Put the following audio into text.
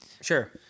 Sure